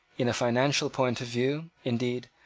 in a financial point of view, indeed,